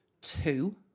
two